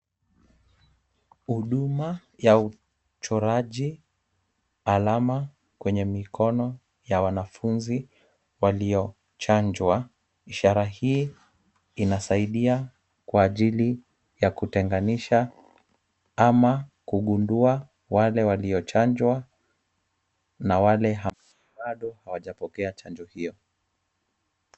Huduma ya uchoraji alama kwenye mikono ya wanafunzi waliochanjwa. Ishara hii inasaidia kwa ajili ya kutenganisha ama kugundua wale waliochanjwa na wale bado hawajapokea chanjo hiyo.